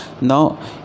Now